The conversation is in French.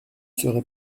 serai